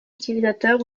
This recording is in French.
utilisateur